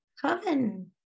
coven